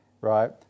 right